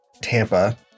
Tampa